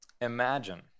Imagine